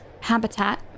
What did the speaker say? habitat